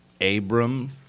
Abram